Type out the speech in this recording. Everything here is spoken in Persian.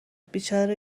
بیچاره